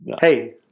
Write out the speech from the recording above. hey